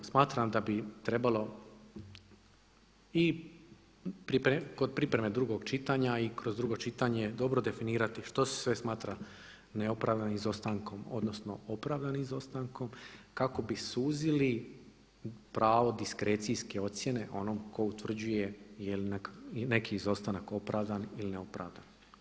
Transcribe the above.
Smatram da bi trebalo i kod pripreme drugog čitanja i kroz drugo čitanje dobro definirati što se sve smatra neopravdanim izostankom odnosno opravdanim izostankom kako bi suzili pravo diskrecijske ocjene onom ko utvrđuje je li neki izostanak opravdan ili neopravdan.